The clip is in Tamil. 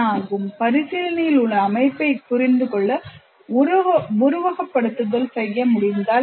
'பரிசீலனையில் உள்ள அமைப்பைப் புரிந்துகொள்ள உருவகப்படுத்துதல் செய்ய முடிந்தால் என்ன